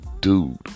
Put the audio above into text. dude